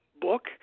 book